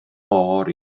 môr